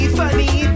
funny